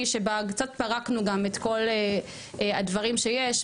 שבו גם פרקנו קצת את כל הדברים שיש.